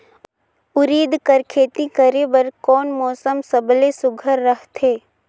उरीद कर खेती करे बर कोन मौसम सबले सुघ्घर रहथे?